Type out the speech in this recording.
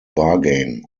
bargain